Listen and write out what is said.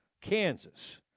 Kansas